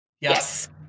yes